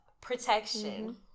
protection